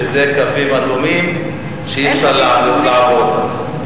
שזה קווים אדומים שאי-אפשר לעבור אותם.